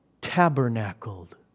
tabernacled